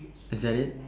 is that it